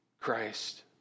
Christ